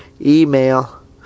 email